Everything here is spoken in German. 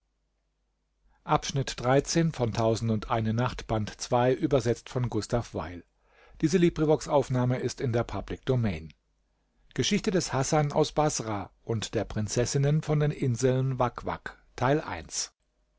geschichte des hasan aus baßrah und der prinzessinnen